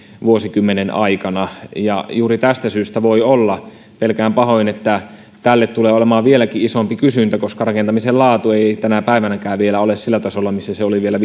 vuosikymmenen aikana juuri tästä syystä voi olla niin pelkään pahoin että tälle tulee olemaan vieläkin isompi kysyntä koska rakentamisen laatu ei tänä päivänäkään vielä ole sillä tasolla jolla se oli vielä